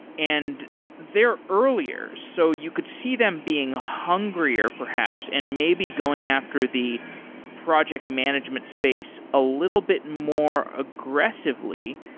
and they're earlier. so you could see them being hungrier perhaps and maybe going after the project management space a little bit more aggressively.